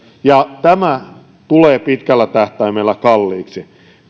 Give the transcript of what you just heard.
ja tämä tulee pitkällä tähtäimellä kalliiksi